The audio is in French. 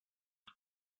ils